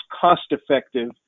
cost-effective